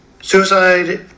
Suicide